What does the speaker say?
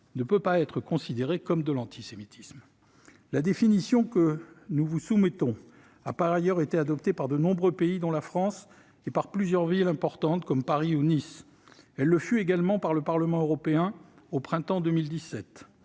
ne peut pas être considéré comme de l'antisémitisme ». La définition que nous vous soumettons a par ailleurs été adoptée par de nombreux pays, dont la France, et par plusieurs villes importantes, comme Paris ou Nice. Elle le fut également par le Parlement européen au printemps 2017.